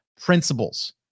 principles